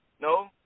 No